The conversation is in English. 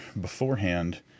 beforehand